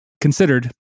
considered